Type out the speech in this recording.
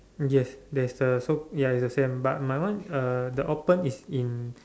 yes there's a so ya it's the same but my one uh the open is in